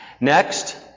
Next